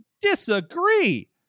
disagree